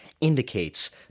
indicates